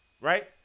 right